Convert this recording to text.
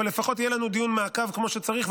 אבל לפחות יהיה לנו דיון מעקב כמו שצריך,